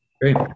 Great